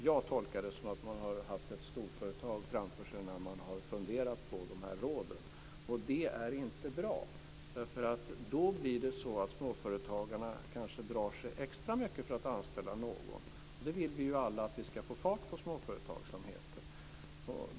Jag tolkar det så att man har haft ett storföretag framför sig när man har funderat på råden. Det är inte bra, därför att då kanske småföretagarna drar sig extra mycket för att anställa någon, och vi vill ju alla få fart på småföretagsamheten.